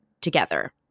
together